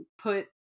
put